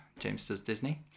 jamesdoesdisney